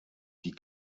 die